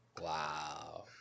Wow